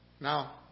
Now